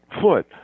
foot